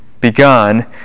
begun